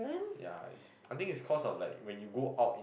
ya it's I think it's cause of like when you go out in